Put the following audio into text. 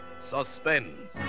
Suspense